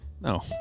No